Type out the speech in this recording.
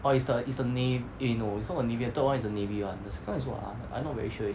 orh it's the it's the nav~ eh no it's not the navy [one] the third [one] is the navy [one] the second [one] is what ah I not very sure eh